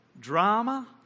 drama